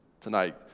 tonight